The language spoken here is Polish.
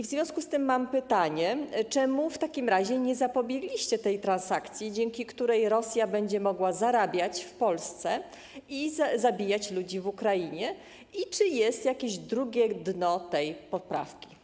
W związku z tym mam pytanie: Dlaczego nie zapobiegliście tej transakcji, dzięki której Rosja będzie mogła zarabiać w Polsce i zabijać ludzi w Ukrainie, i czy jest jakieś drugie dno tej poprawki?